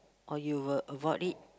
or you will avoid it